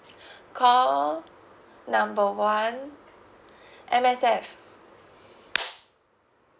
call number one M_S_F